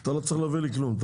אתה לא צריך להביא לי כלום.